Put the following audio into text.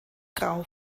grau